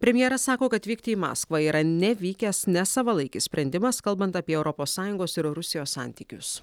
premjeras sako kad vykti į maskvą yra nevykęs nesavalaikis sprendimas kalbant apie europos sąjungos ir rusijos santykius